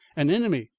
an enemy!